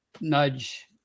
nudge